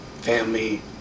family